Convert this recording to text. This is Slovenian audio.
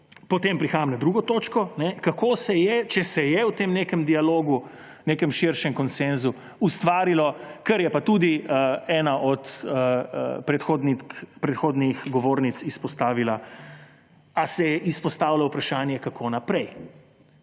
potem prehajam na drugo točko, kako se je, če se je, v tem nekem dialogu, nekem širšem konsenzu ustvarilo – kar je pa tudi ena od predhodnih govornic izpostavila –, ali se je izpostavilo vprašanje, kako naprej